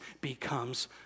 becomes